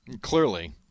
Clearly